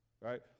right